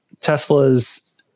Tesla's